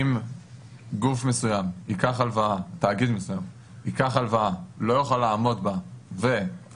אם תאגיד מסוים ייקח הלוואה ולא יוכל לעמוד בה וההלוואה